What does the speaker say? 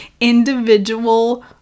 individual